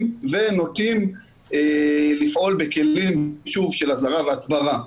ונוטים לפעול באופן של אזהרה והסברה.